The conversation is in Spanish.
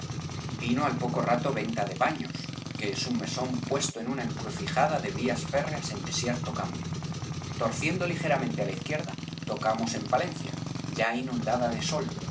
vino al poco rato venta de baños que es un mesón puesto en una encrucijada de vías férreas en desierto campo torciendo ligeramente á la izquierda tocamos en palencia ya inundada de sol